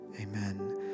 Amen